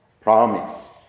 Promise